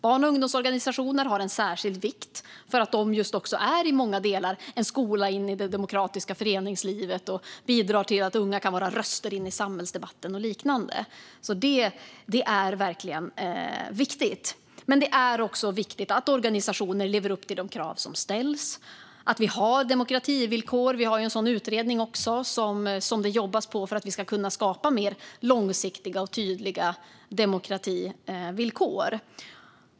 Barn och ungdomsorganisationer har en särskild vikt för att de i många delar är en skola in i det demokratiska föreningslivet och bidrar till att unga kan vara röster i samhällsdebatten och liknande. Det är verkligen viktigt. Men det är också viktigt att organisationer lever upp till de krav som ställs och att vi har demokrativillkor. Vi har ju en sådan utredning, som det jobbas på för att vi ska kunna skapa mer långsiktiga och tydliga demokrativillkor.